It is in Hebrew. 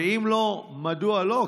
אם לא, מדוע לא?